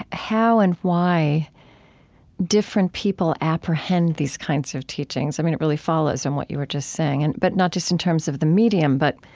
ah how and why different people apprehend these kinds of teachings. i mean, it really follows on what you were just saying, and but not just in terms of the medium, but